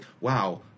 wow